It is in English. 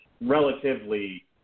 relatively